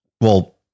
Well-